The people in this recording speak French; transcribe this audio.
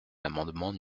l’amendement